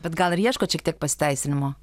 bet gal ir ieškot šiek tiek pasiteisinimo